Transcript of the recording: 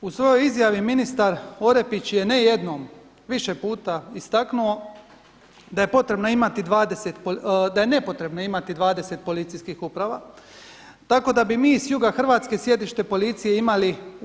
U svojoj izjavi ministar Orepić je ne jednom, više puta istaknuo da je nepotrebno imati 20 policijskih uprava tako da bi mi s juga Hrvatske sjedište policije imali u